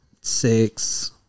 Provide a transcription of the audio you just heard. six